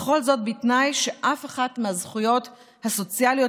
וכל זאת בתנאי שאף אחת מהזכויות הסוציאליות